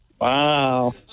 Wow